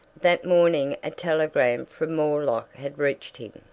that morning a telegram from moorlock had reached him,